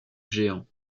géants